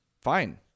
Fine